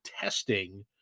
testing